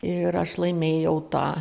ir aš laimėjau tą